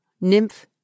nymph